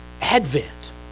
Advent